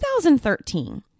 2013